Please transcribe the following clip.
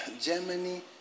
Germany